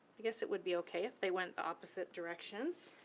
i guess it would be okay if they went the opposite directions.